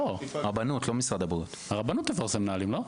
לא, הרבנות תפרסם נהלים, לא?